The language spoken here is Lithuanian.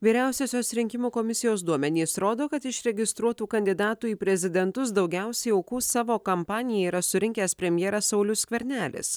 vyriausiosios rinkimų komisijos duomenys rodo kad iš registruotų kandidatų į prezidentus daugiausiai aukų savo kampanijai yra surinkęs premjeras saulius skvernelis